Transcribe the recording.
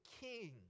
king